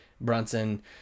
Brunson